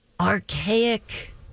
archaic